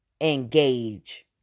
engage